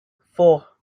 four